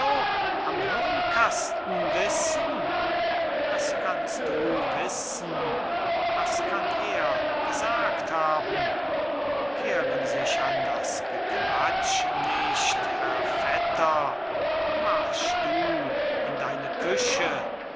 am hirnkasten wissen was kannst du wissen was kann er gesagt haben kehren sich an das geklatsch nicht herr vetter marsch du in deine küche